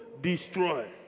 destroy